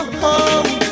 home